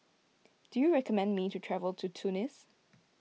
do you recommend me to travel to Tunis